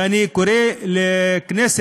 ואני קורא לכנסת,